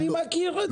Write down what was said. אני מכיר את זה.